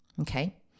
Okay